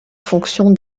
fonction